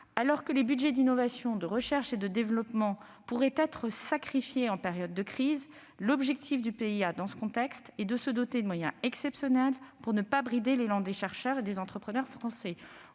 alors que les budgets d'innovation et de recherche et développement pourraient être sacrifiés en période de crise, l'objectif du PIA est de mobiliser des moyens exceptionnels pour ne pas brider l'élan des chercheurs et des entrepreneurs français.